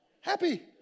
Happy